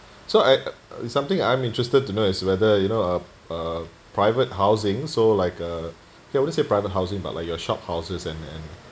so I it's something I'm interested to know is whether you know uh uh private housings so like uh I wouldn't say private housing but like your shophouses and and